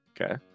Okay